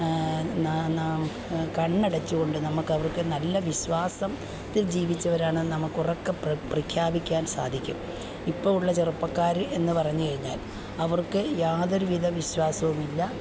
നാം കണ്ണടച്ചുകൊണ്ട് നമ്മുക്ക് അവർക്ക് നല്ല വിശ്വാസത്തിൽ ജീവിച്ചവരാണ് നമുക്ക് ഉറക്കെ പ്രഖ്യാപിക്കാൻ സാധിക്കും ഇപ്പോൾ ഉള്ള ചെറുപ്പക്കാർ എന്ന് പറഞ്ഞുകഴിഞ്ഞാൽ അവർക്ക് യാതൊരുവിധ വിശ്വാസവുമില്ല